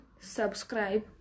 subscribe